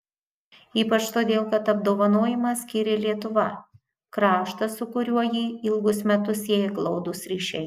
ypač todėl kad apdovanojimą skyrė lietuva kraštas su kuriuo jį ilgus metus sieja glaudūs ryšiai